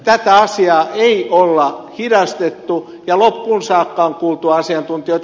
tätä asiaa ei ole hidastettu ja loppuun saakka on kuultu asiantuntijoita